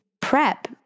prep